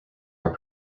are